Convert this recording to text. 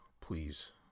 please